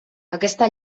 aquesta